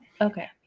Okay